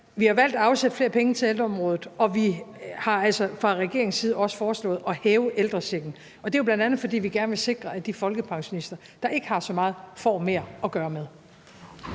Vi har valgt at afsætte flere penge til ældreområdet, og vi har altså fra regeringens side også foreslået at hæve ældrechecken. Det er jo bl.a., fordi vi gerne vil sikre, at de folkepensionister, der ikke har så meget, får mere at gøre med.